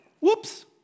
Whoops